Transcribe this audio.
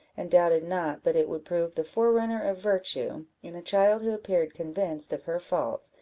and doubted not but it would prove the forerunner of virtue, in a child who appeared convinced of her faults,